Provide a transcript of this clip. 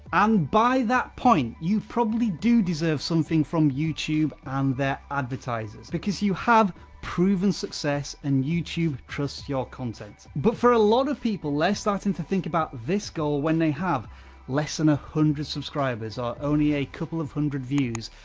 and by that point, you probably do deserve something from youtube and their advertisers. because you have proven success, and youtube trusts your content. but for a lot of people, less starting to think about this goal when they have less than a hundred subscribers, or only a couple of hundred views,